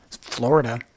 Florida